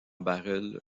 barœul